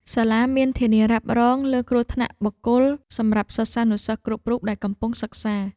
សាលាមានធានារ៉ាប់រងលើគ្រោះថ្នាក់បុគ្គលសម្រាប់សិស្សានុសិស្សគ្រប់រូបដែលកំពុងសិក្សា។